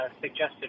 suggested